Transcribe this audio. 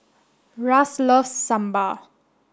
Russ loves Sambal